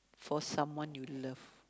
for someone you love